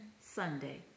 Sunday